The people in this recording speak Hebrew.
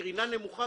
קרינה נמוכה,